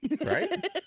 right